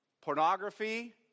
Pornography